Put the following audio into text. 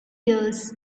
years